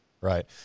Right